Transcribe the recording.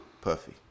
Puffy